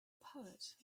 poet